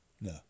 No